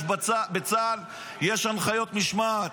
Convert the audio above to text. בצה"ל יש הנחיות משמעת,